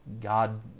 God